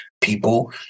people